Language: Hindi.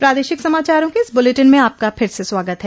प्रादेशिक समाचारों के इस बुलेटिन में आपका फिर से स्वागत है